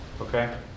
okay